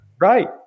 Right